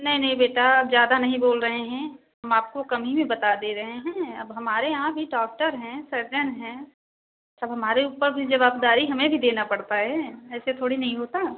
नहीं नहीं बेटा ज़्यादा नहीं बोल रहे हें हम आपको कम ही में बता दे रहे हैं अब हमारे यहाँ भी डॉक्टर हैं सर्जन हैं सब हमारे ऊपर भी जवाबदारी हमें भी देना पड़ता है ऐसे थोड़े नहीं होता